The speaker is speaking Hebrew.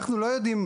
אנחנו לא יודעים,